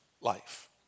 life